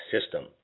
system